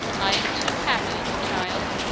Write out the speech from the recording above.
i am too happy in the child,